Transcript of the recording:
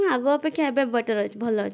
ହଁ ଆଗ ଅପେକ୍ଷା ଏବେ ବେଟର ଅଛି ଭଲ ଅଛି